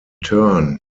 turn